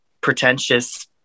pretentious